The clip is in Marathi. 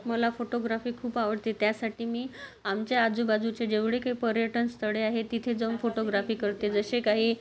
मला फोटोग्राफी खूप आवडते त्यासाठी मी आमच्या आजूबाजूचे जेवढे काही पर्यटन स्थळे आहे तिथे जाऊन फोटोग्राफी करते जसे काही